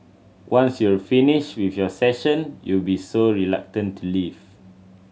once you're finished with your session you'll be so reluctant to leave